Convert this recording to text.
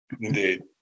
Indeed